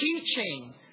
teaching